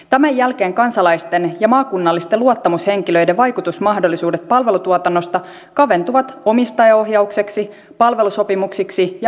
tämän jälkeen kansalaisten ja maakunnallisten luottamushenkilöiden vaikutusmahdollisuudet palvelutuotannosta kaventuvat omistajaohjaukseksi palvelusopimuksiksi ja asiakaspalautteeksi